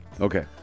Okay